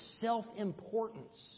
self-importance